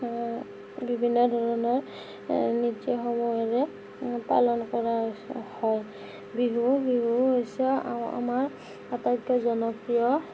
বিভিন্ন ধৰণৰ নীতিসমূহেৰে পালন কৰা হৈছে হয় বিহু বিহু হৈছে আমাৰ আটাইতকৈ জনপ্ৰিয়